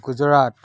Gujarat